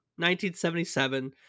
1977